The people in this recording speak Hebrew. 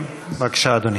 בבקשה, אדוני.